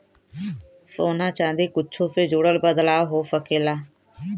सोना चादी कुच्छो से जुड़ल बदलाव हो सकेला